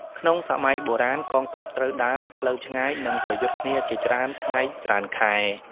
ក្នុងសម័យបុរាណ កងទ័ពត្រូវដើរផ្លូវឆ្ងាយ និងប្រយុទ្ធគ្នាជាច្រើនថ្ងៃច្រើនខែ។